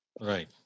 Right